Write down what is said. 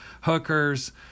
hookers